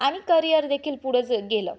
आणि करियर देखील पुढंच गेलं